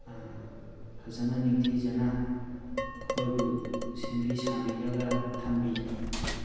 ꯐꯖꯅ ꯅꯤꯡꯊꯤꯖꯅ ꯃꯈꯣꯏꯕꯨ ꯁꯦꯝꯕꯤ ꯁꯥꯕꯤꯔꯒ ꯊꯝꯕꯤ